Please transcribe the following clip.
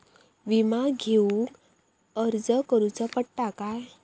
विमा घेउक अर्ज करुचो पडता काय?